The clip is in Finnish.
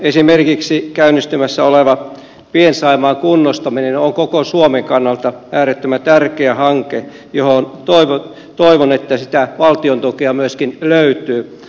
esimerkiksi käynnistymässä oleva pien saimaan kunnostaminen on koko suomen kannalta äärettömän tärkeä hanke johon toivon että sitä valtiontukea myöskin löytyy